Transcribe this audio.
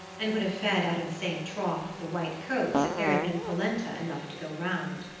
and would have fed out of the same trough with the white-coats if there had been polenta enough to go round.